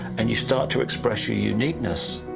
and you start to express your uniqueness,